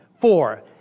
Four